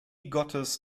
gottes